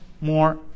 more